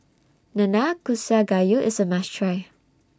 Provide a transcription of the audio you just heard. Nanakusa Gayu IS A must Try